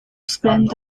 spent